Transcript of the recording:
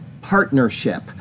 partnership